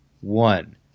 one